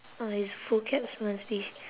!wah! his vocabs must be